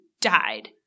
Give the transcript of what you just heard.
died